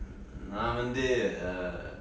நா வந்து:naa vanthu err